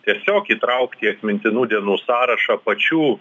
tiesiog įtraukti į atmintinų dienų sąrašą pačių